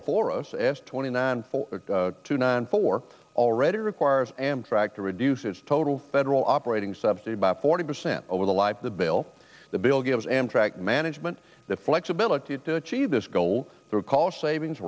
before us s twenty nine four two nine four already requires amtrak to reduce its total federal operating subsidy by forty percent over the life of the bill the bill gives amtrak management the flexibility to achieve this goal through cost savings